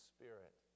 Spirit